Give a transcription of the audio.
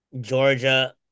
Georgia